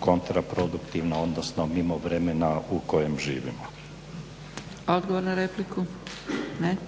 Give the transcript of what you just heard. kontra produktivna, odnosno mimo vremena u kojem živimo. **Zgrebec,